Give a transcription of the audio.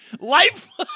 Life